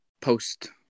post